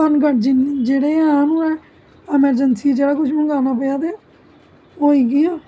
पनघाट जेहडे़ हैन उऐ ऐ पवें अमरजैन्सी जेहड़ा किश मंगवाना पेआ ते होई गेआ